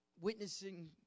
witnessing